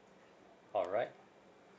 all right